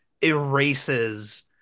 erases